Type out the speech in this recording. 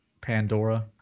Pandora